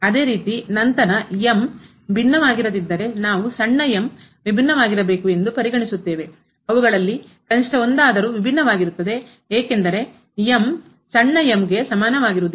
ಅದೇ ರೀತಿ ನಂತರ ಭಿನ್ನವಾಗಿರದಿದ್ದರೆ ನಾವು ಸಣ್ಣ ವಿಭಿನ್ನವಾಗಿರಬೇಕು ಎಂದು ಪರಿಗಣಿಸುತ್ತೇವೆ ಅವುಗಳಲ್ಲಿ ಕನಿಷ್ಠ ಒಂದಾದರೂ ವಿಭಿನ್ನವಾಗಿರುತ್ತದೆ ಏಕೆಂದರೆ ಸಣ್ಣ ಗೆ ಸಮನಾಗಿರುವುದಿಲ್ಲ